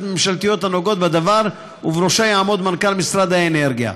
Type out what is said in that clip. ממשלתיות הנוגעות בדבר ובראשה יעמוד מנכ"ל משרד האנרגיה.